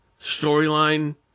storyline